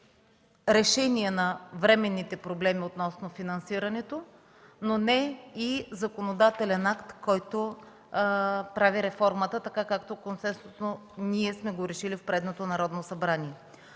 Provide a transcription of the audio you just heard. решение на временните проблеми относно финансирането, но не и законодателен акт, който прави реформата така, както консенсусно сме го решили в предното Народно събрание.